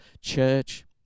church